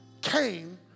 came